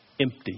empty